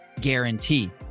guarantee